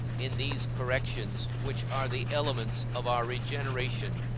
in these corrections which are the elements of our regeneration,